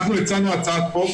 אנחנו הצענו הצעת חוק,